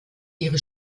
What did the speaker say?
ihre